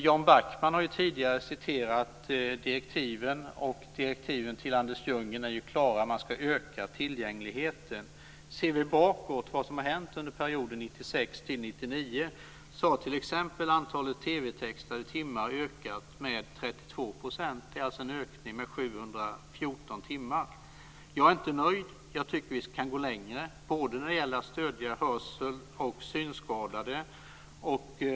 Jan Backman har tidigare citerat direktiven. Direktiven till Anders Ljunggren är klara. Man ska öka tillgängligheten. Ser vi bakåt vad som har hänt under perioden 1996-1999 kan vi se att t.ex. antalet TV-textade timmar ökat med 32 %. Det är alltså en ökning med 714 timmar. Jag är inte nöjd. Jag tycker att vi kan gå längre när det gäller att stödja hörsel och synskadade.